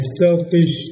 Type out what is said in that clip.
selfish